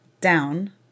down